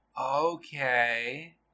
Okay